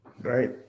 right